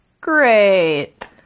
Great